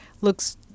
looks